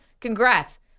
Congrats